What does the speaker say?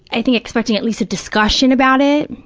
i think, expecting at least a discussion about it,